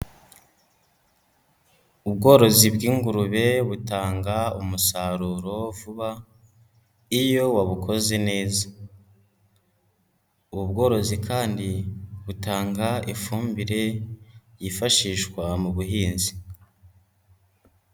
Ubworozi bw'ingurube butanga umusaruro vuba iyo wabukoze neza, ubu bworozi kandi butanga ifumbire yifashishwa mu buhinzi.